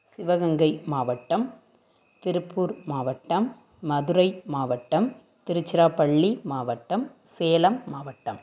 சிவகங்கை மாவட்டம் திருப்பூர் மாவட்டம் மதுரை மாவட்டம் திருச்சிராப்பள்ளி மாவட்டம் சேலம் மாவட்டம்